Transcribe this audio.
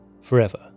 forever